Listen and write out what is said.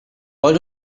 what